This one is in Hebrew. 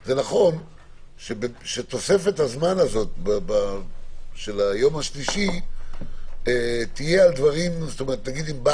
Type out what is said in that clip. זה נכון שתוספת הזמן הזו של היום השלישי תהיה במקרים